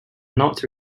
not